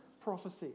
prophecy